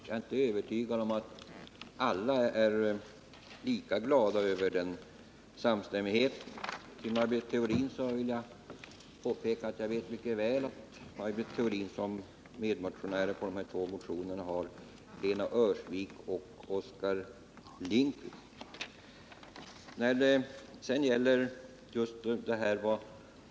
Jag är inte övertygad om att alla i kammaren är lika glada över den samstämmigheten. För Maj Britt Theorin vill jag påpeka att jag mycket väl vet att hon har två medmotionärer, Lena Öhrsvik och Oskar Lindkvist.